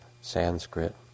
Sanskrit